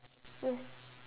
yes